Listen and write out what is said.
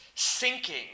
sinking